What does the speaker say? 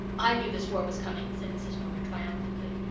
i knew this war was coming, said mrs. norman triumphantly.